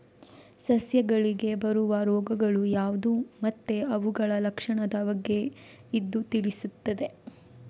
ಸಸ್ಯಗಳಿಗೆ ಬರುವ ರೋಗಗಳು ಯಾವ್ದು ಮತ್ತೆ ಅವುಗಳ ಲಕ್ಷಣದ ಬಗ್ಗೆ ಇದು ತಿಳಿಸ್ತದೆ